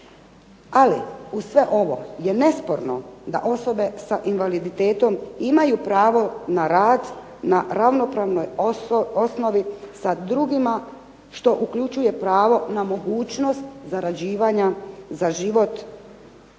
Ali uz sve ovo je nesporno da osobe sa invaliditetom imaju pravo na rad na ravnopravnoj osnovi sa drugima što uključuje pravo na mogućnost zarađivanja za život